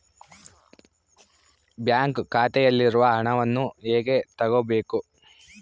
Bank ಖಾತೆಯಲ್ಲಿರುವ ಹಣವನ್ನು ಹೇಗೆ ತಗೋಬೇಕು?